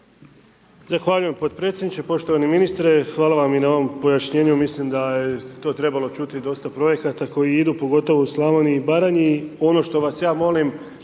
Zahvaljujem podpredsjedniče, poštovani ministre hvala vam i na ovom pojašnjenju mislim da je to trebalo čuti i dosta projekata koji idu pogotovo u Slavoniji i Baranji. Ono što vas ja molim